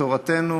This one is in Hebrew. שתורתנו